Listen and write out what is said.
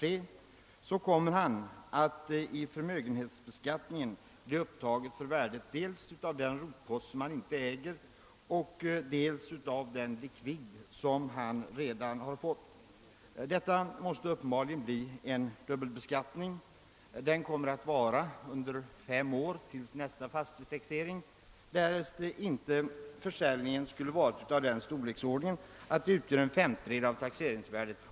Därför kommer han att i sin förmögenhetsbeskattning bli upptagen för dels denna rotpost, som han inte längre äger, dels den likvid han erhållit för skogen. Här är det sålunda fråga om en dubbelbeskattning, och den kommer att bestå under fem år — det vill säga till nästa fastighetstaxering — om inte försäljningen är av den storleksordningen att den täcker minst en femtedel av hela taxeringsvärdet.